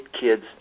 kids